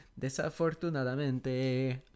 Desafortunadamente